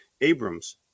Abrams